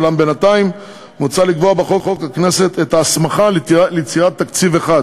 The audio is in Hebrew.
אולם בינתיים מוצע לקבוע בחוק הכנסת את ההסמכה ליצירת תקציב אחד